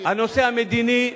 הנושא המדיני,